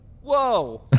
Whoa